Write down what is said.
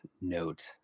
note